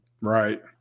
Right